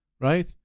right